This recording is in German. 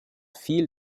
fiel